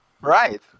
right